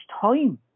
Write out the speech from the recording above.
time